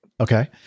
Okay